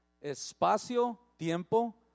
espacio-tiempo